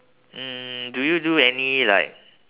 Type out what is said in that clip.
mm do you do any like